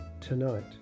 tonight